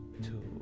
two